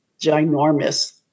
ginormous